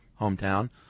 hometown